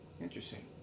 Interesting